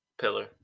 Pillar